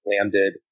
landed